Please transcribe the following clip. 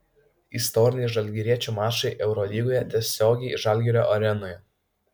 istoriniai žalgiriečių mačai eurolygoje tiesiogiai žalgirio arenoje